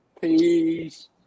Peace